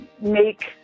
make